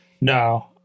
No